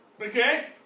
Okay